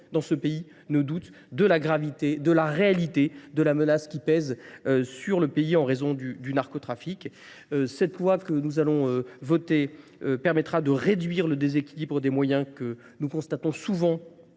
dans ce pays ne doute de la gravité, de la réalité, de la menace qui pèse sur le pays en raison du narcotrafique. Cette loi que nous allons voter permettra de réduire le déséquilibre des moyens que nous constatons souvent